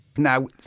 Now